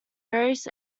various